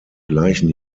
gleichen